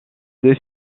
deux